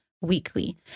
weekly